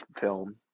film